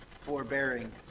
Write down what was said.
forbearing